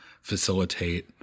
facilitate